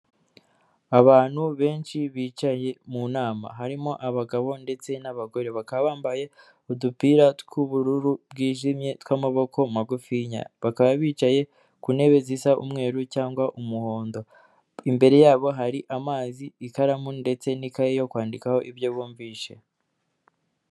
Abantu benshi bicaye mu nama, harimo abagabo ndetse n'abagore, bakaba bambaye udupira tw'ubururu bwijimye tw'amaboko magufinya, bakaba bicaye ku ntebe zisa umweru cyangwa umuhondo, imbere yabo hari amazi, ikaramu ndetse n'ikayi yo kwandikaho ibyo bumvise.